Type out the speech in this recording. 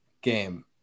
game